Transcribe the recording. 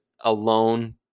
alone